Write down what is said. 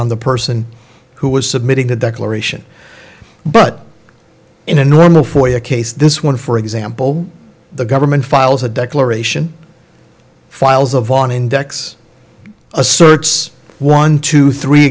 on the person who was submitting the declaration but in a normal for your case this one for example the government files a declaration files of on index asserts one two three